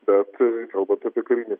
bet kalbant apie karinį